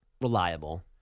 reliable